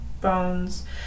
bones